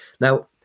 Now